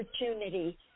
opportunity